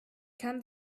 kann